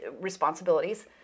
responsibilities